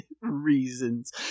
Reasons